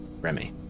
Remy